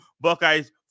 Buckeyes